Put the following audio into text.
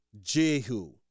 Jehu